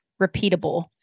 repeatable